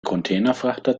containerfrachter